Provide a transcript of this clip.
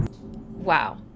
Wow